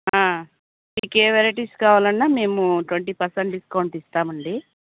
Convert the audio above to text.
మీకు ఏ వెరైటీస్ కావాలన్నా మేము ట్వెంటీ పర్సెంట్ డిస్కౌంట్ ఇస్తామండి